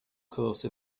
course